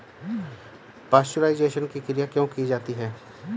Pasteurisation की क्रिया क्यों की जाती है?